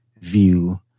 view